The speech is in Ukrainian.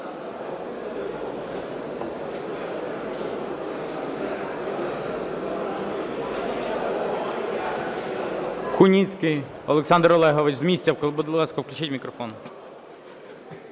Куницький Олександр Олегович. З місця, будь ласка, включіть мікрофон.